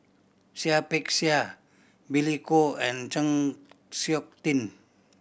Seah Peck Seah Billy Koh and Chng Seok Tin